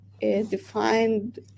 defined